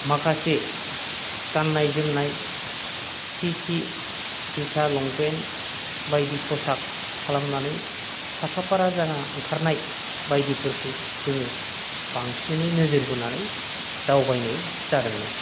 माखासे गाननाय जोमनाय थि थि जुथा लंपेन्ट बायदि फसाग खालामनानै साखा फारा जाना ओंखारनाय बायदिफोरखौ जोङो बांसिनै नोजोर बोनानै दावबायनाय जादोंमोन